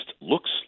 looks